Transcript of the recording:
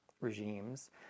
regimes